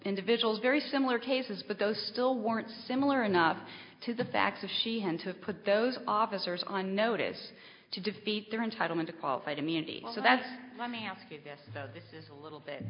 individuals very similar cases but those still weren't similar enough to the fact that she had to put those officers on notice to defeat their entitlement to qualified immunity so that's let me ask you this though this is a little bit